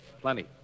Plenty